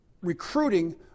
recruiting